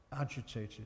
agitated